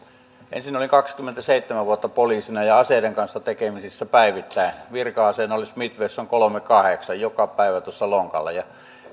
ensin olin ollut kaksikymmentäseitsemän vuotta poliisina ja aseiden kanssa tekemisissä päivittäin virka aseena oli smith wesson kolmekymmentäkahdeksan joka päivä tuossa lonkalla ja